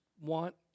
want